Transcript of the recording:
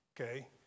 okay